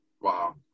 Wow